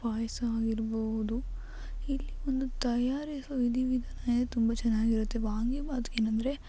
ಪಾಯಸ ಆಗಿರಬಹುದು ಇಲ್ಲಿ ಒಂದು ತಯಾರಿಸುವ ವಿಧಿ ವಿಧಾನವೇ ತುಂಬ ಚೆನ್ನಾಗಿರುತ್ತೆ ವಾಂಗಿಭಾತ್ಗೇನೆಂದ್ರೆ